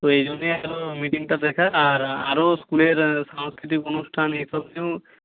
ওই জন্যই মিটিংটা আর আরও স্কুলের সাংস্কৃতিক অনুষ্ঠান এই সব নিয়েও